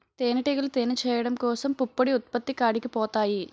తేనిటీగలు తేనె చేయడం కోసం పుప్పొడి ఉత్పత్తి కాడికి పోతాయి